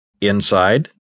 Inside